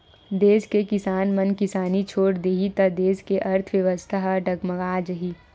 देस के किसान मन किसानी छोड़ देही त देस के अर्थबेवस्था ह डगमगा जाही